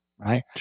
Right